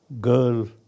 girl